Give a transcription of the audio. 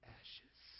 ashes